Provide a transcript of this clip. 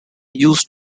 used